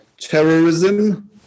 terrorism